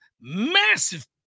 massive